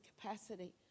capacity